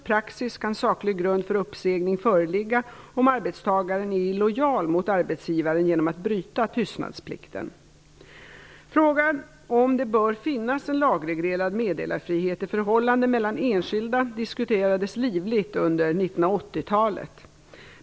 Enligt domstolens praxis kan saklig grund för uppsägning föreligga om arbetstagaren är illojal mot arbetsgivaren genom att bryta tystnadsplikten. Frågan om det bör finnas en lagreglerad meddelarfrihet i förhållanden mellan enskilda diskuterades livligt under 1980-talet.